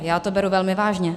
Já to beru velmi vážně.